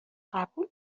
قبول